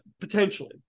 potentially